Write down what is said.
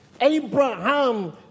Abraham